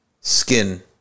skin